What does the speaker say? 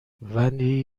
ولی